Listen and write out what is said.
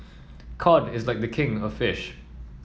cod is like a king of fish